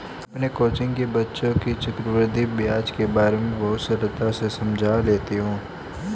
मैं अपनी कोचिंग के बच्चों को चक्रवृद्धि ब्याज के बारे में बहुत सरलता से समझा लेती हूं